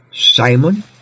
Simon